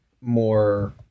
more